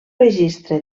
registre